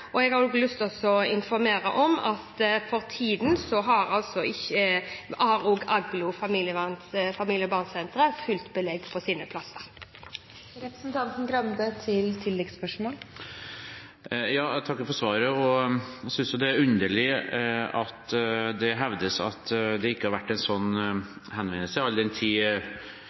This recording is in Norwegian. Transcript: Jeg har også lyst til å informere om at for tiden har Aglo barne- og familiesenter fullt belegg på sine plasser. Jeg takker for svaret. Jeg synes det er underlig at det hevdes at det ikke har vært en sånn